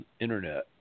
internet